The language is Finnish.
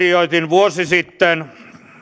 vuosi sitten